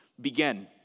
begin